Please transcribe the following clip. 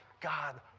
God